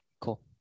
Cool